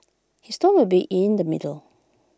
his tone will be in the middle